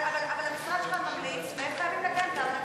אבל המשרד שלך ממליץ, והם חייבים לקיים את ההמלצה.